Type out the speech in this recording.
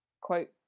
quote